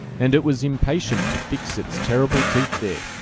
and it was impatient to fix its terrible teeth there,